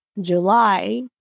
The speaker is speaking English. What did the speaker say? July